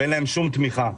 ואין להם שום תמיכה.